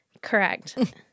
Correct